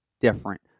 different